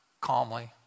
calmly